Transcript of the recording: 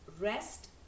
rest